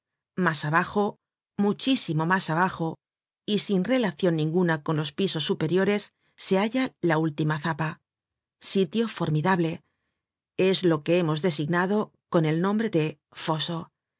mas abajo muchísimo mas abajo y sin relacion ninguna con los pisos superiores se halla la última zapa sitio formidable es lo que hemos designado con el nombre de foso